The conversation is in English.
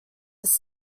this